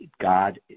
God